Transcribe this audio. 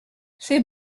c’est